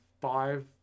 five